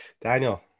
Daniel